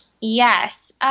Yes